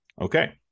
Okay